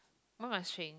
why must change